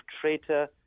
traitor